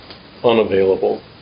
unavailable